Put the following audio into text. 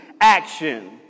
action